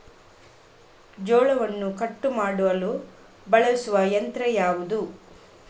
ಜೋಳವನ್ನು ಕಟಾವು ಮಾಡಲು ಬಳಸುವ ಯಂತ್ರ ಯಾವುದು?